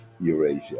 Eurasia